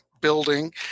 building